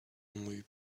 only